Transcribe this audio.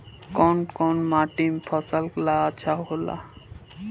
कौन कौनमाटी फसल ला अच्छा होला?